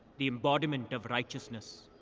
the embodiment of righteousness.